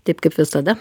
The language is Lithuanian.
taip kaip visada